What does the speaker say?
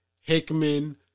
Hickman